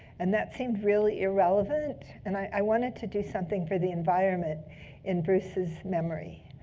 and that seemed really irrelevant. and i wanted to do something for the environment in bruce's memory.